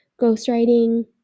ghostwriting